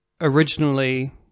originally